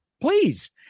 please